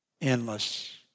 endless